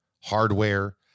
Hardware